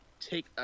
take